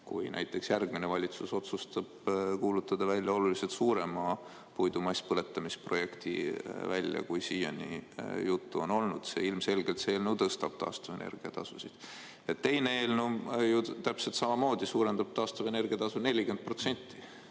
kui näiteks järgmine valitsus otsustab kuulutada välja oluliselt suurema puidu masspõletamise projekti, kui siiani juttu on olnud. Ilmselgelt see eelnõu tõstab taastuvenergia tasu. Teine eelnõu, täpselt samamoodi, suurendab taastuvenergia tasu 40%.